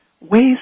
ways